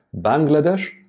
Bangladesh